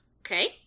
Okay